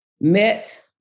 met